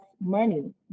money